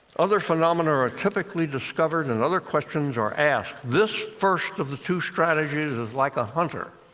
other phenomena are ah typically discovered and other questions are asked. this first of the two strategies is like a hunter,